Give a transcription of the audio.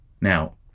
Now